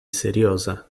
serioza